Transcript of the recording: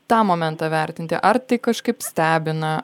tą momentą vertinti ar tai kažkaip stebina